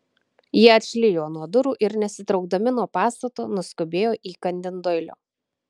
jie atšlijo nuo durų ir nesitraukdami nuo pastato nuskubėjo įkandin doilio